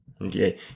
Okay